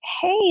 hey